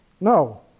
No